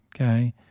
okay